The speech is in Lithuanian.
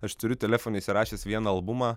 aš turiu telefone įsirašęs vieną albumą